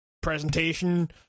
presentation